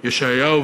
ישעיהו,